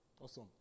Awesome